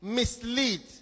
mislead